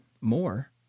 more